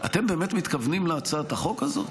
אתם באמת מתכוונים להצעת החוק הזאת?